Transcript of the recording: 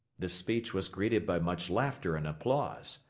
this speech was greeted by much laughter and applause.